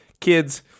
kids